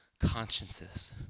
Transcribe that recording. consciences